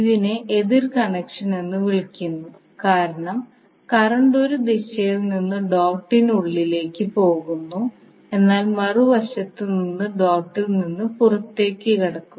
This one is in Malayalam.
ഇതിനെ എതിർ കണക്ഷൻ എന്ന് വിളിക്കുന്നു കാരണം കറന്റ് ഒരു ദിശയിൽ നിന്ന് ഡോട്ടിനുള്ളിലേക്ക് പോകുന്നു എന്നാൽ മറുവശത്ത് നിന്ന് ഡോട്ടിൽ നിന്ന് പുറത്തുകടക്കുന്നു